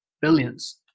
billions